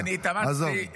עזוב, עזוב, עזוב.